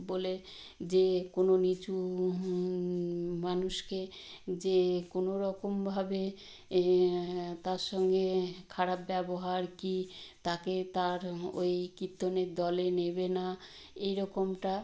বলে যে কোনো নীচু মানুষকে যে কোনো রকমভাবে তার সঙ্গে খারাপ ব্যবহার কী তাকে তার ওই কীর্তনের দলে নেবে না এই রকমটা